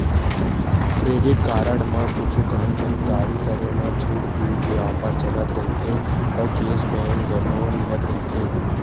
credit card म कुछु काही खरीददारी करे म छूट देय के ऑफर चलत रहिथे अउ केस बेंक घलो मिलत रहिथे